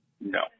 No